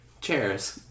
Cheers